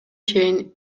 чейин